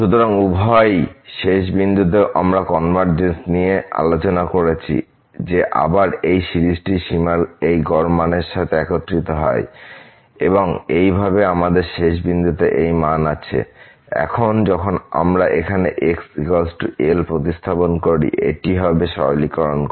সুতরাং উভয় শেষ বিন্দুতেও আমরা কনভারজেন্স নিয়ে আলোচনা করেছি যে আবার এই সিরিজটি সীমার এই গড় মানের সাথে একত্রিত হয় এবং এইভাবে আমাদের শেষ বিন্দুতে এই মান আছে এখন যখন আমরা এখানে x L প্রতিস্থাপন করি এটি হবে সরলীকরণ করা